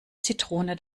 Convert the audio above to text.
zitrone